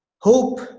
Hope